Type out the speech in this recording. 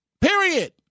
period